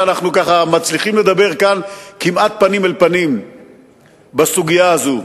שאנחנו מצליחים לדבר כאן כמעט פנים אל פנים בסוגיה הזאת,